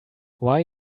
why